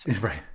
Right